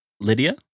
Lydia